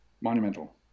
monumental